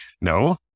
No